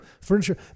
furniture